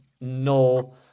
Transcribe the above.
no